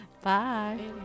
Bye